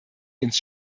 ins